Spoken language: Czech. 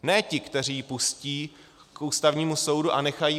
Ne ti, kteří ji pustí k Ústavnímu soudu a nechají